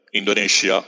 Indonesia